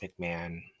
McMahon